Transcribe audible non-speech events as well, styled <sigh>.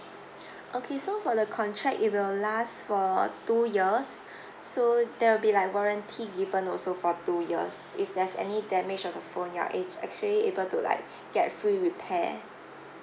<breath> okay so for the contract it will last for two years <breath> so there will be like warranty given also for two years if there's any damage on the phone you are act~ actually able to like get free repair